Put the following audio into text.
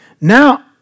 now